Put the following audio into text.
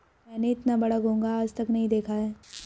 मैंने इतना बड़ा घोंघा आज तक नही देखा है